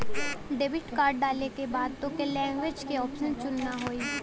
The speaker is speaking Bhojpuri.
डेबिट कार्ड डाले के बाद तोके लैंग्वेज क ऑप्शन चुनना होई